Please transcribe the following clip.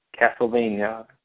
Castlevania